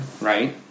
Right